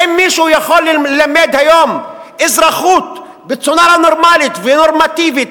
האם מישהו יכול ללמד היום אזרחות בצורה נורמלית ונורמטיבית